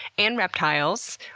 and reptiles,